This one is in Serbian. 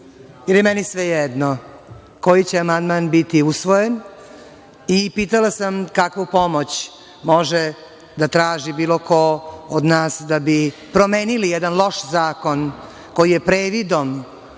je meni svejedno koji će amandman biti usvojen, i pitala sam kakvu pomoć može da traži bilo ko od nas da bi promenili jedan loš zakon koji je previdom